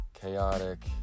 chaotic